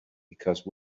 because